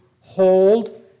hold